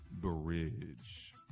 bridge